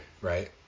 right